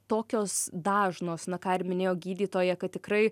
tokios dažnos na ką ir minėjo gydytoja kad tikrai